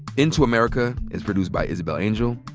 into america is produced by isabel angel,